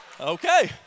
okay